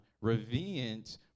Revenge